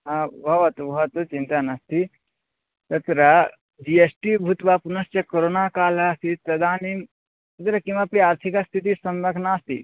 भवतु भवतु चिन्ता नास्ति तत्र जि एस् टि भूत्वा पुनश्च कोराना कालासीत् तदानीम् अग्रे किमपि आर्थिकस्थितिस्सम्यक् नास्ति